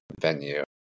venue